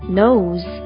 nose